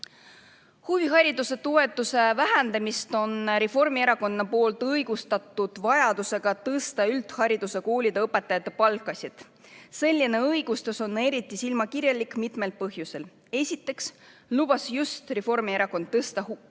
Huvihariduse toetuse vähendamist on Reformierakond õigustanud vajadusega tõsta üldhariduskoolide õpetajate palka. Selline õigustus on eriti silmakirjalik mitmel põhjusel. Esiteks lubas just Reformierakond tõsta